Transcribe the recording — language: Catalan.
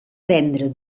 vendre